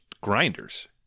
grinders